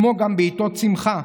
כמו גם בעיתות שמחה,